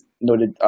noted